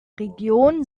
region